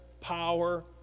power